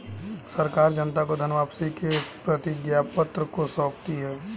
सरकार जनता को धन वापसी के प्रतिज्ञापत्र को सौंपती है